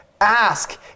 Ask